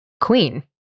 queen